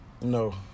No